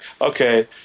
okay